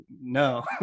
no